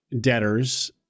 debtors